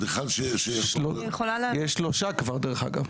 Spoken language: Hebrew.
אדריכל שיש לו יש שלושה כבר דרך אגב.